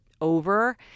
over